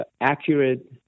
accurate